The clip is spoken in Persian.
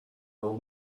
آروم